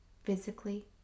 physically